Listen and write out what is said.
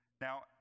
Now